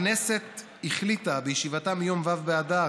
הכנסת החליטה בישיבתה ביום ו' באדר,